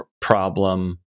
problem